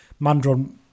Mandron